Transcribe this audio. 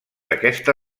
aquesta